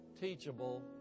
teachable